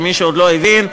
למי שעוד לא הבין,